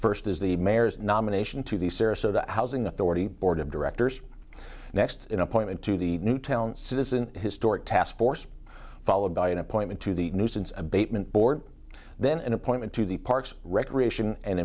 is the mayor's nomination to the sarasota housing authority board of directors next in appointment to the new town citizen historic task force followed by an appointment to the nuisance abatement board then an appointment to the parks recreation and